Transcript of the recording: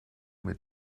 mit